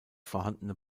vorhandene